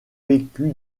vécu